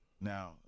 now